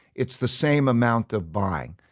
it's the same amount of buying.